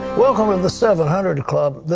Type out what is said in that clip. welcome into seven hundred club.